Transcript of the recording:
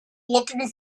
looking